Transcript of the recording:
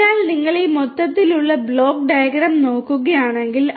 അതിനാൽ നിങ്ങൾ ഈ മൊത്തത്തിലുള്ള ബ്ലോക്ക് ഡയഗ്രം നോക്കുകയാണെങ്കിൽ